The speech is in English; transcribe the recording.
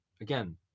again